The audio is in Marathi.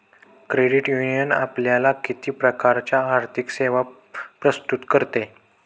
क्रेडिट युनियन आपल्याला किती प्रकारच्या आर्थिक सेवा प्रस्तुत करते?